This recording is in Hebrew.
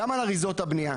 גם על אריזות הבנייה.